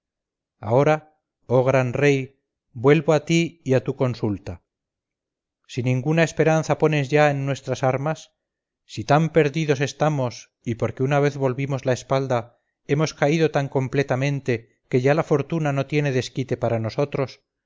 ahora oh gran rey vuelvo a ti y a tu consulta si ninguna esperanza pones ya en nuestras armas si tan perdidos estamos y porque una vez volvimos la espalda hemos caído tan completamente que ya la fortuna no tiene desquite para nosotros